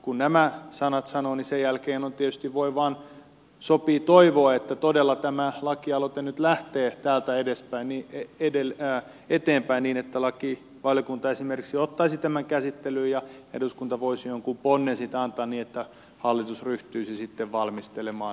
kun nämä sanat sanon sen jälkeen tietysti sopii toivoa että tämä lakialoite nyt todella lähtee täältä eteenpäin niin että lakivaliokunta esimerkiksi ottaisi tämän käsittelyyn ja eduskunta voisi jonkun ponnen siitä antaa niin että hallitus ryhtyisi valmistelemaan